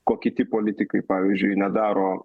ko kiti politikai pavyzdžiui nedaro